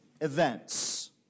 events